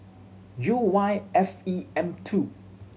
U Y F E M two